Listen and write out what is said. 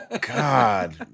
God